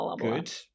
good